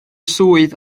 swydd